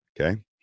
Okay